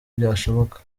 byashoboka